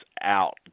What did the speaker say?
out